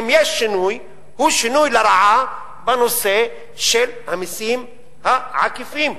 אם יש שינוי הוא שינוי לרעה בנושא של המסים העקיפים.